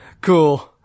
cool